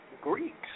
Greeks